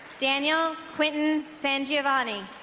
daniel quentin san giovanni